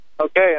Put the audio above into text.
Okay